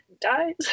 dies